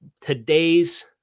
today's